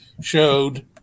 showed